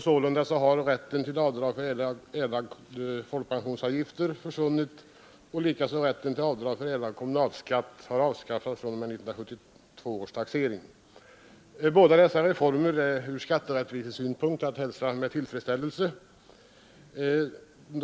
Sålunda har rätten till avdrag för erlagda folkpensionsavgifter försvunnit och rätten till avdrag för kommunalskatt avskaffats fr.o.m. 1972 års taxering. Båda dessa reformer är från skatterättvisesynpunkt att hälsa med tillfredsställelse.